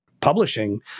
publishing